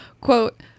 Quote